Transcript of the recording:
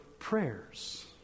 prayers